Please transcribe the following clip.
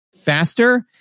faster